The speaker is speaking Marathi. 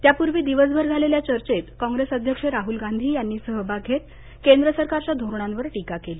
त्यापूर्वी दिवसभर झालेल्या चर्चेत कॉग्रेस अध्यक्ष राहल गांधी यांनी सहभाग घेत केंद्र सरकारच्या धोरणांवर टीका केली